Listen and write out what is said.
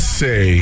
say